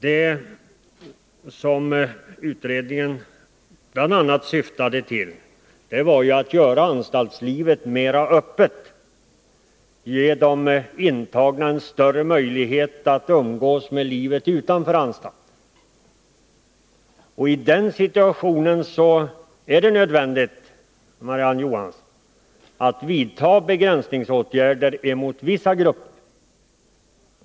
Det som utredningen bl.a. syftade till var att göra anstaltslivet mer öppet, ge de intagna större möjligheter att umgås med livet utanför anstalten. Och i den situationen är det nödvändigt, Marie-Ann Johansson, att mot vissa grupper vidta åtgärder som innebär begränsningar.